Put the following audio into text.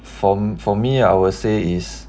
for for me I will say is